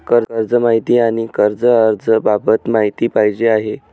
कर्ज माहिती आणि कर्ज अर्ज बाबत माहिती पाहिजे आहे